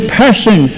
person